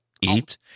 eat